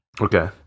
Okay